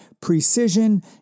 precision